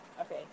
okay